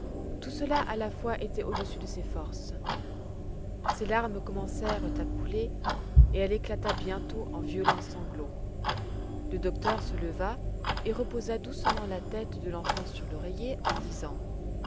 tout cela à la fois était au-dessus de ses forces ses larmes commencèrent à couler et elle éclata bientôt en violents sanglots le docteur se leva et reposa doucement la tête de l'enfant sur l'oreiller en